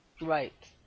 Right